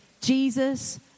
Jesus